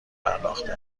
پرداخته